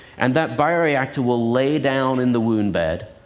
and that bio-reactor will lay down in the wound bed.